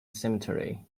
cemetery